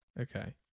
Okay